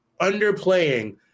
underplaying